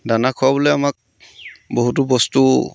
দানা খুৱাবলৈ আমাক বহুতো বস্তু